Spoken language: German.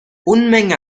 unmenge